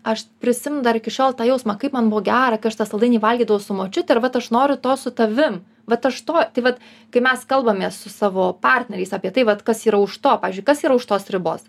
aš prisimenu dar iki šiol tą jausmą kaip man buvo gera kai aš tą saldainį valgydavau su močiute ir vat aš noriu to su tavim vat aš to tai vat kai mes kalbamės su savo partneriais apie tai vat kas yra už to pavyzdžiui kas yra už tos ribos